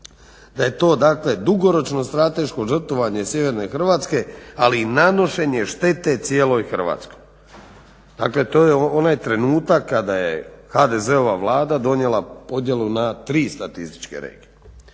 Da je to dakle dugoročno strateško žrtvovanje sjeverne Hrvatske ali i nanošenje štete cijeloj Hrvatskoj. Dakle to je onaj trenutak kada je HDZ-ova Vlada donijela podjelu na tri statističke regije